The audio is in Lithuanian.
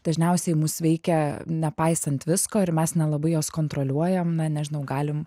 dažniausiai mus veikia nepaisant visko ir mes nelabai juos kontroliuojam na nežinau galim